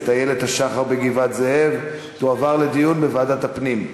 "איילת השחר" בגבעת-זאב תועבר לדיון בוועדת הפנים.